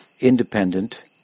independent